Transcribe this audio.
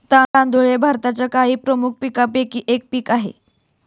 तांदूळ हे भारताच्या काही प्रमुख पीकांपैकी एक पीक आहे